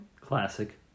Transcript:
Classic